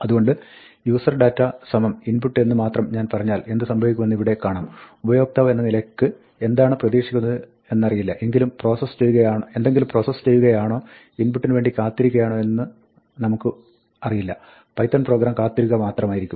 അതുകൊണ്ട് userdata input എന്ന് മാത്രം ഞാൻ പറഞ്ഞാൽ എന്ത് സംഭവിക്കുമെന്ന് ഇവിടെ കാണാം ഉപയോക്താവ് എന്ന നിലയ്ക്ക് എന്താണ് പ്രതീക്ഷിക്കുന്നത് എന്നറിയുന്നില്ല എന്തെങ്കിലും പ്രോസസ് ചെയ്യുകയാണോ ഇൻപുട്ടിന് വേണ്ടി കാത്തിരിക്കുയാണോ എന്ന് നമുക്കുമറിയില്ല പൈത്തൺ പ്രോഗ്രാം കാത്തിരിക്കുക മാത്രമായിരിക്കും